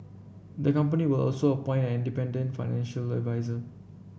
the company will also appoint an independent financial adviser